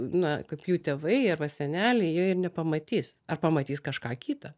na kaip jų tėvai arba seneliai jie ir nepamatys ar pamatys kažką kitą